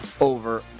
over